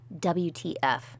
WTF